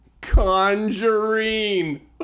conjuring